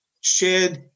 Shared